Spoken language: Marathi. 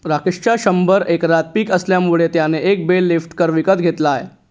राकेशच्या शंभर एकरात पिक आल्यामुळे त्याने एक बेल लिफ्टर विकत घेतला